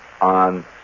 on